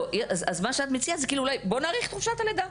אז את מציעה להאריך את חופשת הלידה.